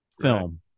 film